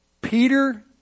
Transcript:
Peter